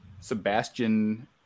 Sebastian